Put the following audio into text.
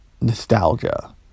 nostalgia